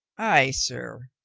ay, sir,